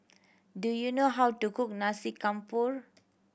do you know how to cook Nasi Campur